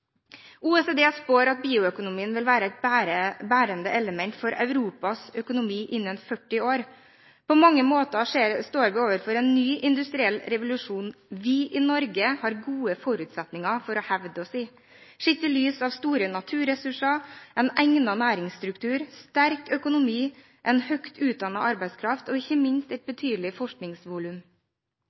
OECD spår at bioøkonomien vil være et bærende element for Europas økonomi innen 40 år. På mange måter står vi overfor en ny industriell revolusjon som vi i Norge har gode forutsetninger for å hevde oss i, sett i lys av at vi har store naturressurser, en egnet næringsstruktur, en sterk økonomi, en høyt utdannet arbeidskraft og ikke minst et betydelig forskningsvolum.